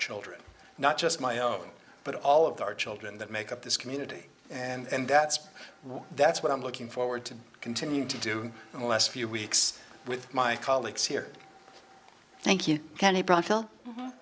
children not just my own but all of our children that make up this community and that's that's what i'm looking forward to continue to do in the last few weeks with my colleagues here thank you can a bro